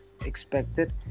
expected